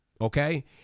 Okay